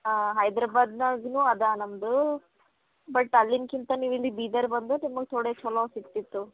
ಹಾಂ ಹೈದ್ರಬಾದ್ನಾಗ್ನು ಅದ ನಮ್ಮದು ಬಟ್ ಅಲ್ಲಿನ್ಕಿಂತ ನೀವು ಇಲ್ಲಿ ಬೀದರ್ ಬಂದು ನಿಮ್ಗ ತೋಡೆ ಚಲೋ ಸಿಕ್ತಿತ್ತು